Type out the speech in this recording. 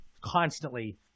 constantly